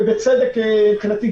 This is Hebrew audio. בצדק לדעתי,